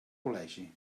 col·legi